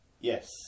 Yes